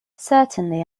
certainly